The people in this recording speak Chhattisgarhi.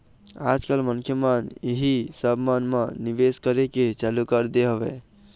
आज कल मनखे मन इही सब मन म निवेश करे के चालू कर दे हवय